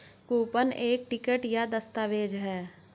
coupon एक ticket या दस्तावेज़ है